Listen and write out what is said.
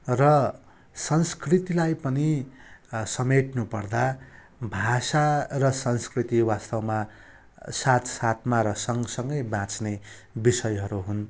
र संस्कृतिलाई पनि समेट्नुपर्दा भाषा र संस्कृति वास्तवमा साथ साथमा र सँगसँगै बाँच्ने विषयहरू हुन्